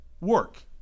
work